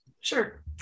Sure